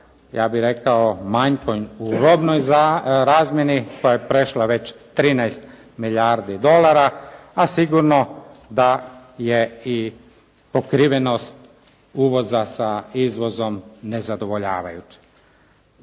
ja bih rekao manjkom u robnoj razmjeni koja je prešla već 13 milijardi dolara, a sigurno da je i pokrivenost uvoza sa izvozom nezadovoljavajući.